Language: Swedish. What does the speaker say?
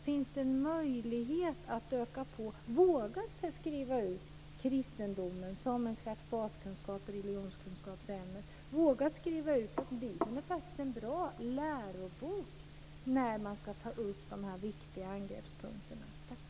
Finns det en möjlighet till utökning - att våga sig på att skriva om kristendomen som ett slags baskunskap i religionskunskapsämnet? Bibeln är faktiskt en bra lärobok när de här viktiga angreppspunkterna ska tas upp. Tack!